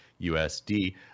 USD